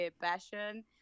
passion